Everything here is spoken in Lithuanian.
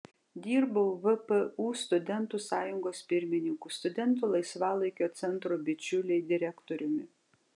dirbau vpu studentų sąjungos pirmininku studentų laisvalaikio centro bičiuliai direktoriumi